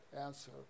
answer